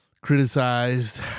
criticized